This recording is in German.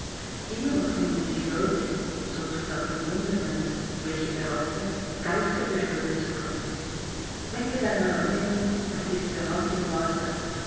immer noch finden sich leute sozusagen wundermänner welche behaupten geister beschwören zu können wenn wir einmal annehmen daß diese behauptung wahr sei